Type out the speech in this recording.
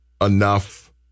enough